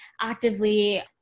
actively